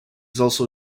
also